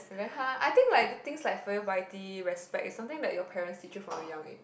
very hard I think like the things like filial piety respect is something that your parents teach you from a young age